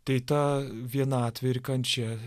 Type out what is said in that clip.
tai ta vienatvė ir kančia